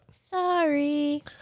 Sorry